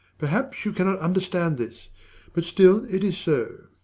perhaps you cannot understand this but still it is so.